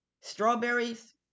Strawberries